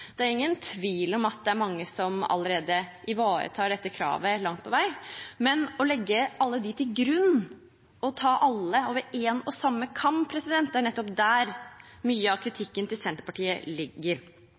Det er ingen tvil om at det er mange som allerede ivaretar dette kravet langt på vei. Men å legge alle de til grunn og skjære alle over en og samme kam – det er nettopp det mye av